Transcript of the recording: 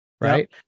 right